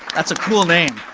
that's a cool name.